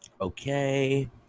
Okay